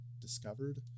discovered